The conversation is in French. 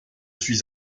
suis